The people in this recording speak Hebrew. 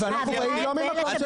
ואנחנו באים לא ממקום שמציק לנו.